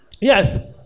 Yes